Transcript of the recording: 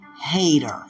hater